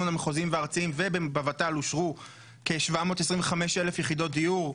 המחוזיים והארציים ובוות"ל אושרו כ-725,000 יחידות דיור,